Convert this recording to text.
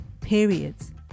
periods